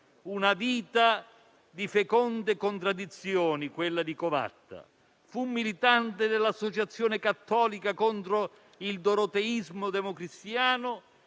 Una vita di feconde contraddizioni, quella di Covatta. Fu militante nell'Associazione cattolica contro il doroteismo democristiano;